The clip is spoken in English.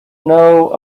know